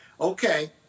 Okay